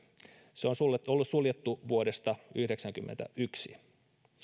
se on ollut suljettu vuodesta yhdeksänkymmentäyksi